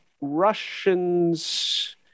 Russians